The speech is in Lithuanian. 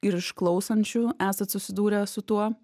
ir iš klausančių esat susidūrę su tuo